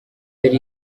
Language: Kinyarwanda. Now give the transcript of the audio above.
yari